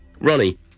Ronnie